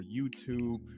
youtube